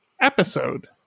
episode